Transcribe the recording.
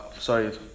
sorry